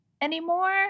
anymore